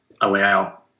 allow